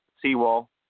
Seawall